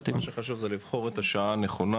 --- מה שחשוב זה לבחור את השנה הנכונה,